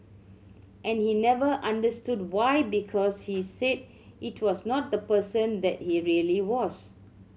and he never understood why because he said it was not the person that he really was